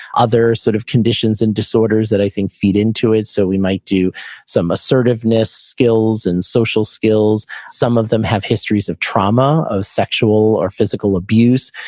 other sort of conditions and disorders that i think feed into it. so we might do some assertiveness skills and social skills. some of them have histories of trauma, of sexual or physical abuse,